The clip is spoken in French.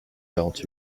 quarante